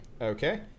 Okay